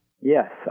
Yes